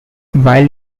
while